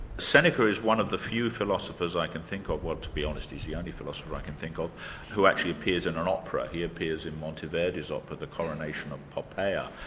seneca is one of the few philosophers i can think of, well to be honest he's the only philosopher i can think of who actually appears in an opera. he appears in monteverdi's opera the coronation of poppea,